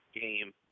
game